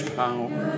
power